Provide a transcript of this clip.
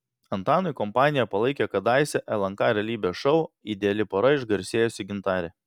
antanui kompaniją palaikė kadaise lnk realybės šou ideali pora išgarsėjusi gintarė